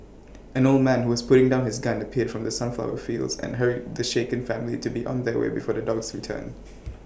an old man who was putting down his gun appeared from the sunflower fields and hurried the shaken family to be on their way before the dogs return